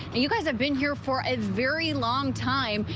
you you guys have been here for a very long time.